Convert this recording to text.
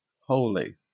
holy